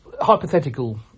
hypothetical